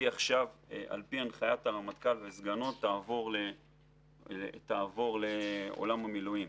על-פי הנחיית הרמטכ"ל וסגנו היא תעבור לעולם המילואים.